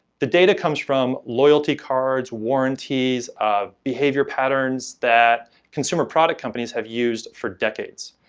the data comes from loyalty cards, warranties, um behavior patterns that consumer product companies have used for decades.